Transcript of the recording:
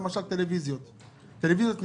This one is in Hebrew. במלון היו טלוויזיות שנהרסו,